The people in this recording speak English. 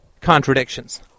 contradictions